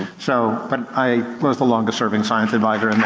so but i was the longest serving science advisor and